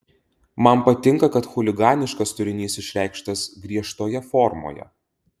man patinka kad chuliganiškas turinys išreikštas griežtoje formoje